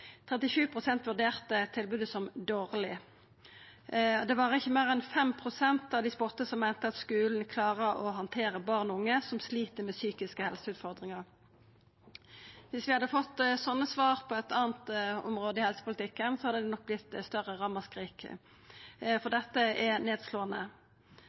vurderte tilbodet som dårleg. Det var ikkje meir enn 5 pst. av dei spurde som meinte at skulen klarar å handtera barn og unge som slit med psykiske helseutfordringar. Viss vi hadde fått sånne svar på eit anna område i helsepolitikken, hadde det nok vorte større ramaskrik, for dette er nedslåande.